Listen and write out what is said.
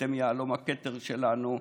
אתם היהלום בכתר שלנו,